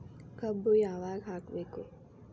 ಕಬ್ಬು ಯಾವಾಗ ಹಾಕಬೇಕು?